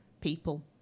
people